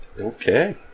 Okay